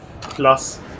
Plus